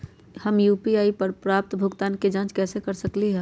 हम यू.पी.आई पर प्राप्त भुगतान के जाँच कैसे कर सकली ह?